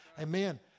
Amen